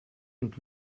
und